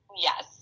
Yes